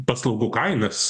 paslaugų kainas